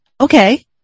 Okay